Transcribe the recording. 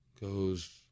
goes